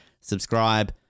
subscribe